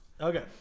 okay